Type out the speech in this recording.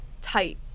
tight